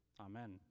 Amen